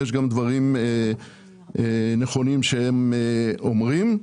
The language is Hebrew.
יש גם דברים נכונים שהם אומרים.